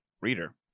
Reader